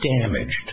damaged